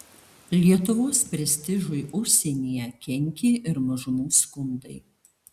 lietuvos prestižui užsienyje kenkė ir mažumų skundai